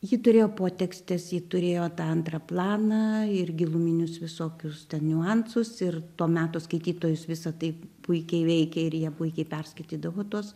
ji turėjo potekstes ji turėjo tą antrą planą ir giluminius visokius ten niuansus ir to meto skaitytojus visa tai puikiai veikia ir jie puikiai perskaitydavo tuos